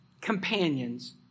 companions